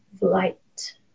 light